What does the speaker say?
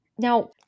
Now